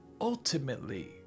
ultimately